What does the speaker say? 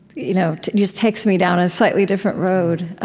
you know just takes me down a slightly different road.